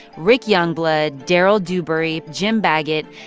rick youngblood, darryl dewberry, jim baggott.